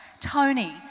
Tony